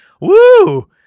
woo